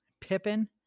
pippin